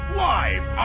live